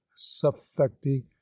suffecti